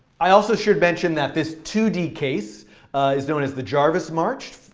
i also should mention that this two d case is known as the jarvis march,